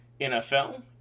NFL